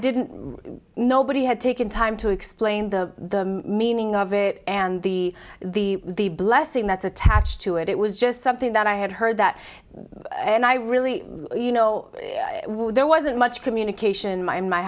didn't nobody had taken time to explain the meaning of it and the the the blessing that's attached to it it was just something that i had heard that and i really you know there wasn't much communication my in my